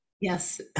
Yes